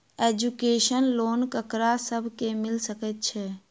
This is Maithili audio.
एजुकेशन लोन ककरा सब केँ मिल सकैत छै?